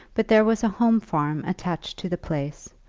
but there was a home-farm attached to the place,